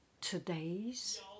today's